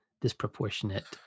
disproportionate